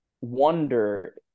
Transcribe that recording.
wonder